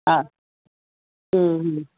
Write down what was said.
हा